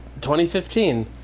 2015